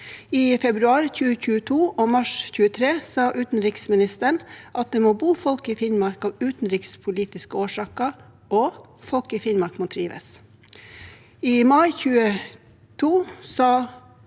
I februar 2022 og mars 2023 sa utenriksministeren at det må bo folk i Finnmark av utenrikspolitiske årsaker, og folk i Finnmark må trives. I mai 2022 sa